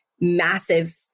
massive